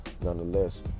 Nonetheless